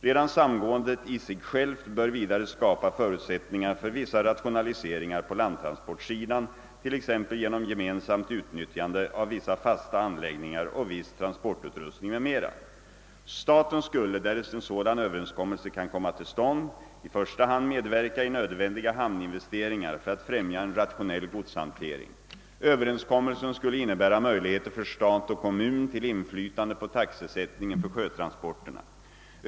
Redan samgåendet i sig självt bör vidare skapa förutsättningar för vissa rationaliseringar på landtransportsidan, t.ex. genom gemensamt ut Staten skulle, därest en sådan överenskommelse kan komma till stånd, i första hand medverka i nödvändiga hamninvesteringar för att främja en rationell godshantering. Överenskommelsen skulle innebära möjligheter för stat och kommun till inflytande på taxesättningen för sjötransporterna.